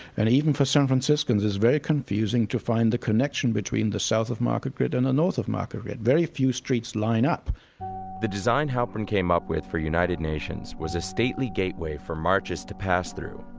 and even for san franciscans it's very confusing to find the connection between the south of market grid and a north of market grid. very few streets line up the design halprin came up with for united nations was a stately gateway for marchers to pass through.